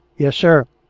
yes, sir.